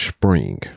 Spring